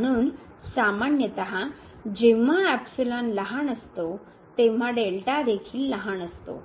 म्हणून सामान्यत जेव्हा लहान असते तेंव्हा देखील लहान असतो